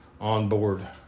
onboard